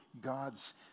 God's